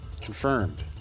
Confirmed